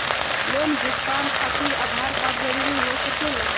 Loan भुगतान खातिर Aadhaar card जरूरी हो सके ला?